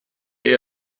der